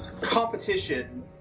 competition